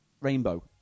Rainbow